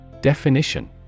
Definition